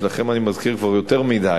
את שלכם אני כבר מזכיר יותר מדי,